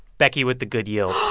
becky with the good yield